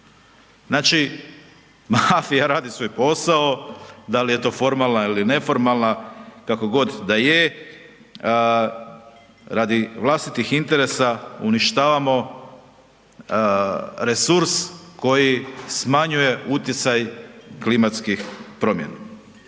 Znači, mafija radi svoj posao, dal je to formalna ili neformalna, kako god da je, radi vlastitih interesa uništavamo resurs koji smanjuje utjecaj klimatskih promjena.